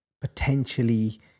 potentially